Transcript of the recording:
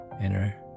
inner